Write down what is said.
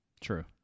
true